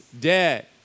dead